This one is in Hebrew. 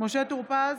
משה טור פז,